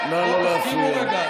נא לא להפריע.